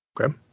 Okay